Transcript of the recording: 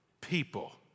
people